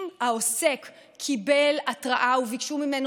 אם העוסק קיבל התראה וביקשו ממנו